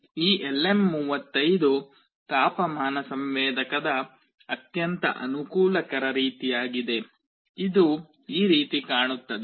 ಈ LM35 ತಾಪಮಾನ ಸಂವೇದಕದ ಅತ್ಯಂತ ಅನುಕೂಲಕರ ರೀತಿಯಾಗಿದೆ ಇದು ಈ ರೀತಿ ಕಾಣುತ್ತದೆ